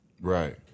Right